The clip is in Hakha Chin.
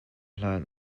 hlan